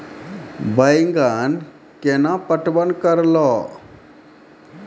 बैंगन केना पटवन करऽ लो?